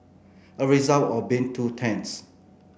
a result of being two tents